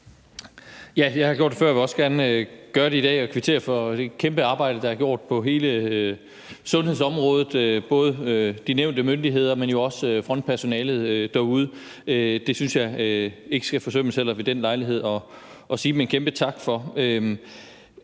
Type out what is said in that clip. Jeg har gjort det før, og jeg vil også gerne gøre det i dag – kvittere for det kæmpe arbejde, der er gjort på hele sundhedsområdet, både de nævnte myndigheder, men jo også frontpersonalet derude. Jeg synes ikke, det heller skal forsømmes ved denne lejlighed at sige dem en kæmpe tak for